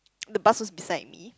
the bus was beside me